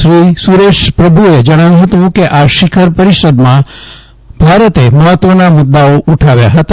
શ્રી સુરેશ પ્રભુએ જણાવ્યું હતું કે આ શિખર પરિષદમાં ભારતે મફત્વના મુદ્દાઓ ઉઠાવ્યા ફતા